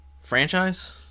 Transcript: franchise